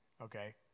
okay